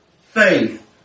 faith